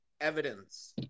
Evidence